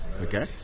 okay